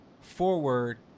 forward